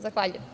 Zahvaljujem.